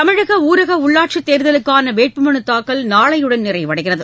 தமிழக ஊரக உள்ளாட்சித் தேர்தலுக்கான வேட்பு மனு தாக்கல் நாளையுடன் நிறைவடைகிறது